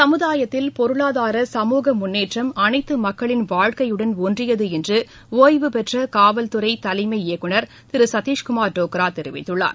சமுதாயத்தில் பொருளாதார சமூக முன்னேற்றம் அனைத்துமக்களின் வாழ்க்கையுடன் ஒன்றியதுஎன்றுடிய்வுபெற்றகாவல்துறைதலைமை இயக்குனர் திருசத்தீஷ்குமார் டோக்ராதெரிவித்துள்ளார்